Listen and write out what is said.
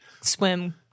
swim